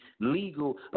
legal